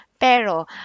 pero